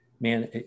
man